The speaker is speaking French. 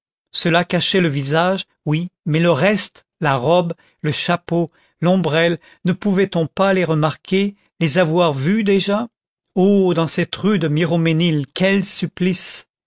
cela cachait le visage oui mais le reste la robe le chapeau l'ombrelle ne pouvait-on pas les remarquer les avoir vus déjà oh dans cette rue de miromesnil quel supplice